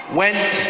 went